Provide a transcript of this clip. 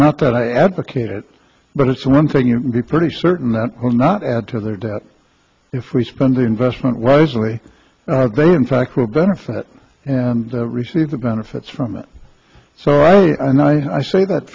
not that i advocate it but it's the one thing you can be pretty certain that will not add to their debt if we spend the investment wisely they in fact will benefit and receive the benefits from it so i and i say that